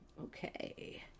Okay